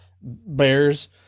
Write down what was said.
bears